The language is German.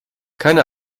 keine